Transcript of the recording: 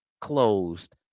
closed